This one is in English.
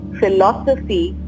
philosophy